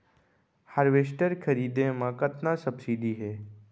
Harvester खरीदे म कतना सब्सिडी हे?